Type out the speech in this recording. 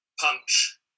punch